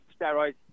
steroids